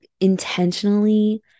intentionally